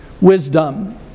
Wisdom